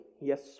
Yes